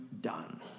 done